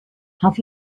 have